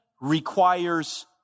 requires